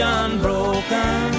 unbroken